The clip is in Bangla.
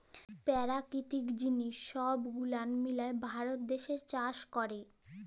পেরাকিতিক জিলিস সহব গুলান মিলায় ভারত দ্যাশে চাষ ক্যরে